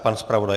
Pan zpravodaj?